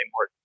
more